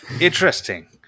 Interesting